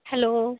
hello